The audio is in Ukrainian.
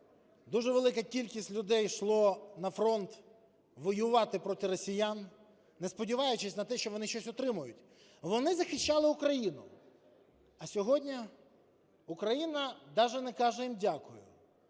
дуже велика кількість людей йшла на фронт воювати проти росіян, не сподіваючись на те, що вони щось отримають. Вони захищали Україну, а сьогодні Україна навіть не каже їм дякую,